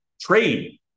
trade